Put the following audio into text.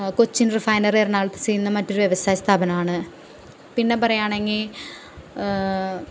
Cochin refinery എറണാകുളത്ത് സ്ഥിതിചെയ്യുന്ന മറ്റൊരു വ്യവസായ സ്ഥാപനമാണ് പിന്നെ പറയാണെങ്കില്